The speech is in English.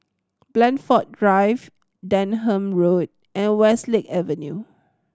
Blandford Drive Denham Road and Westlake Avenue